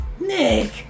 Nick